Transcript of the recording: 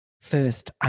first